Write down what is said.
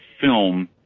film